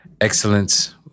excellence